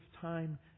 time